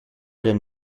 than